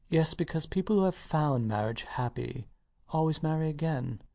yes, because people who have found marriage happy always marry again.